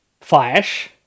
Flash